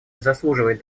заслуживает